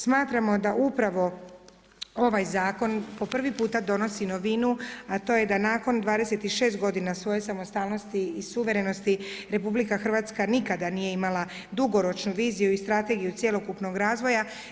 Smatramo da upravo ovaj zakon po prvi puta donosi novinu a to je da nakon 26 godina svoje samostalnosti i suverenosti Republika Hrvatska nikada nije imala dugoročnu viziju i strategiju cjelokupnog razvoja.